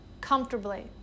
comfortably